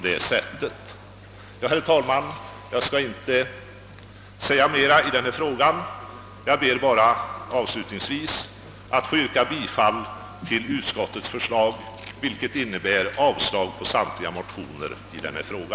Herr talman! Jag skall inte säga mera, utan ber endast att avslutningsvis få yrka bifall till utskottets förslag, vilket innebär avslag på samtliga motioner i denna fråga.